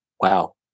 wow